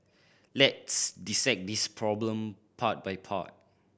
let's dissect this problem part by part